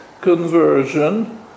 conversion